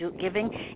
giving